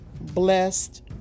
blessed